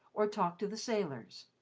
or talked to the sailors.